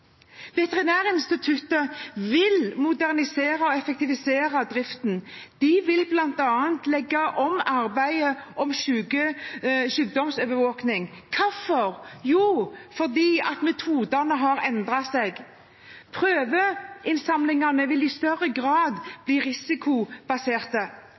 Veterinærinstituttet vil modernisere og effektivisere driften. De vil bl.a. legge om arbeidet for sykdomsovervåking. Hvorfor? Jo, fordi metodene har endret seg. Prøveinnsamlingene vil i større